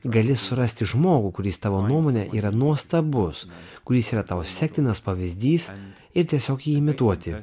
gali surasti žmogų kuris tavo nuomone yra nuostabus kuris yra tau sektinas pavyzdys ir tiesiog jį imituoti